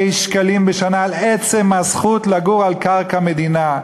שקלים בשנה על עצם הזכות לגור על קרקע המדינה.